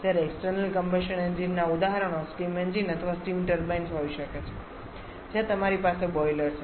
જ્યારે external combustion engine ના ઉદાહરણો સ્ટીમ એન્જિન અથવા સ્ટીમ ટર્બાઈન્સ હોઈ શકે છે જ્યાં તમારી પાસે બોઈલર છે